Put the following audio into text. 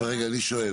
רגע, אבל אני שואל.